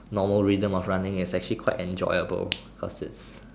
normal rhythm of running its actually quite enjoyable cause its